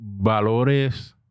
valores